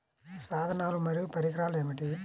సాధనాలు మరియు పరికరాలు ఏమిటీ?